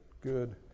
good